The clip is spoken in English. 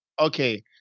Okay